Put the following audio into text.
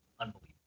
unbelievable